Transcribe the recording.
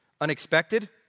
unexpected